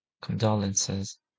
condolences